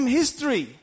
history